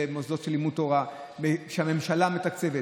למוסדות לימוד תורה שהממשלה מתקצבת,